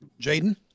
Jaden